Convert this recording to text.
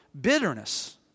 bitterness